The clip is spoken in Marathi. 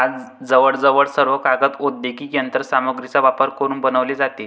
आज जवळजवळ सर्व कागद औद्योगिक यंत्र सामग्रीचा वापर करून बनवले जातात